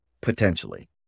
potentially